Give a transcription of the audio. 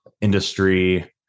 industry